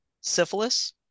syphilis